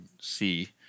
see